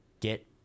get